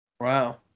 Wow